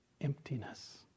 emptiness